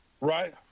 Right